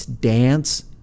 dance